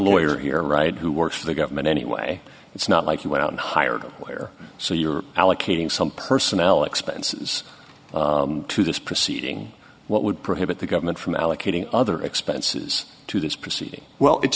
lawyer here right who works for the government anyway it's not like you went out and hired where so you're allocating some personnel expenses to this proceeding what would prohibit the government from allocating other expenses to this proceeding well it's